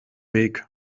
weg